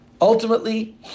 Ultimately